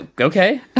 okay